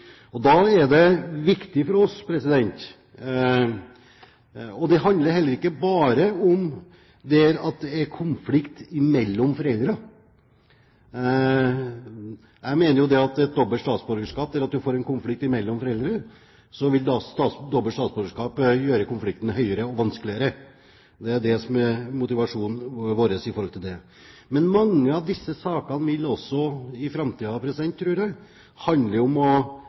handler heller ikke bare om der det er konflikt mellom foreldre. Jeg mener jo at i de tilfellene der en får en konflikt mellom foreldre, vil dobbelt statsborgerskap gjøre konflikten større og vanskeligere. Det er det som er motivasjonen vår i forhold til dette. Men mange av disse sakene vil også i framtiden, tror jeg, handle om rett og slett å